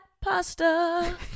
pasta